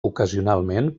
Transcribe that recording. ocasionalment